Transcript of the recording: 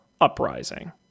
Uprising